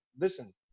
listen